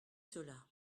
cela